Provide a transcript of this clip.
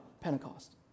Pentecost